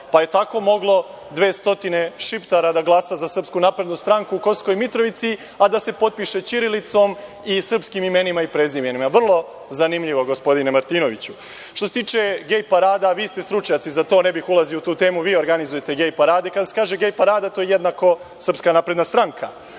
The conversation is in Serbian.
pa je tako moglo 200 Šiptara da glasa za SNS u Kosovskoj Mitrovici, a da se potpiše ćirilicom i srpskim imenima i prezimenima. Vrlo zanimljivo, gospodine Martinoviću. Što se tiče gej parada, vi ste stručnjaci za to, ne bih ulazio u tu temu, vi organizujete gej parade. Kada se kaže gej parada, to je jednako Srpska napredna stranka.I,